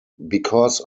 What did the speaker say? because